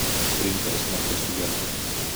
printeris vakar sugedo